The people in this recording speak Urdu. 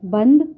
بند